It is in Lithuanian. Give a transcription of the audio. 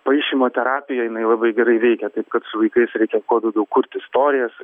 paišymo terapija jinai labai gerai veikia taip kad su vaikais reikia kuo daugiau kurt istorijas